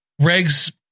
Reg's